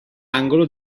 angolo